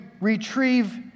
retrieve